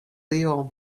iom